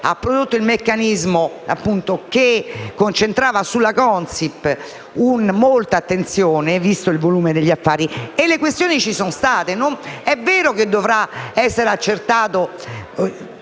ha prodotto un meccanismo a catena, che concentrava sulla Consip molta attenzione, visto il volume degli affari, e le questioni ci sono state. È vero che la faccenda dovrà essere accertata,